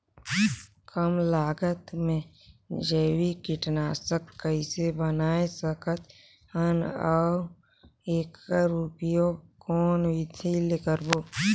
कम लागत मे जैविक कीटनाशक कइसे बनाय सकत हन अउ एकर उपयोग कौन विधि ले करबो?